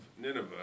Nineveh